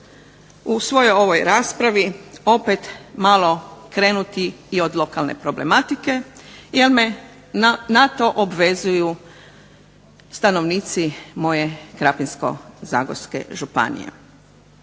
u svojoj ovoj raspravi opet malo krenuti i od lokalne problematike jer me na to obvezuju stanovnici moje Krapinsko-zagorske županije.